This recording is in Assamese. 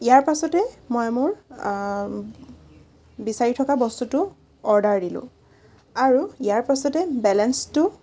ইয়াৰ পাছতে মই মোৰ বিচাৰি থকা বস্তুটো অৰ্ডাৰ দিলোঁ আৰু ইয়াৰ পাছতে বেলেঞ্চটো